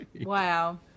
Wow